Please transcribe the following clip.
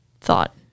thought